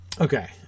okay